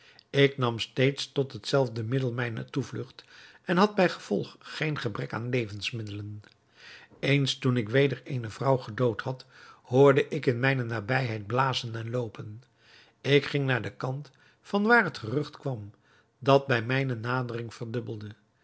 ik nam steeds tot het zelfde middel mijne toevlugt en had bij gevolg geen gebrek aan levensmiddelen eens toen ik weder eene vrouw gedood had hoorde ik in mijne nabijheid blazen en loopen ik ging naar den kant van waar het gerucht kwam dat bij mijne nadering verdubbelde